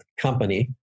company